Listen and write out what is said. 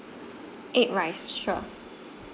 egg rice sure